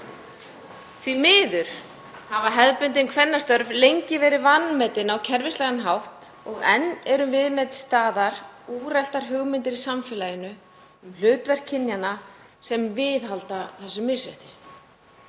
Því miður hafa hefðbundin kvennastörf lengi verið vanmetin á kerfislægan hátt og enn eru til staðar úreltar hugmyndir í samfélaginu um hlutverk kynjanna sem viðhalda þessu misrétti.